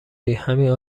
ریهمین